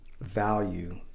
value